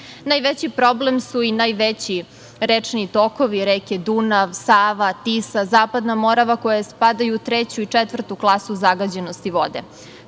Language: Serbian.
problem su i najveći rečni tokovi reke Dunav, Sava, Tisa, Zapadna Morava, koje spadaju u treću i četvrtu klasu zagađenosti vode.